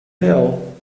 real